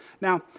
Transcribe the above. Now